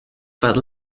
that